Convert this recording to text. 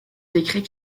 décret